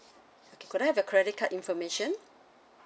okay could I have the credit card information